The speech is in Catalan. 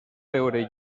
veure